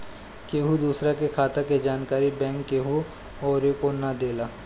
केहू दूसरा के खाता के जानकारी बैंक केहू अउरी के ना देला